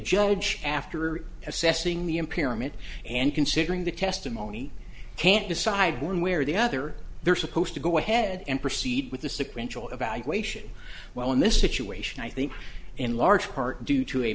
judge after assessing the impairment and considering the testimony can't decide one way or the other they're supposed to go ahead and proceed with the sequential evaluation well in this situation i think in large part due to a